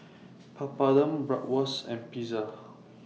Papadum Bratwurst and Pizza